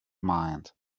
mind